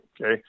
okay